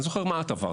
אני זוכר מה את עברת,